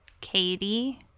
Katie